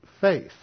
faith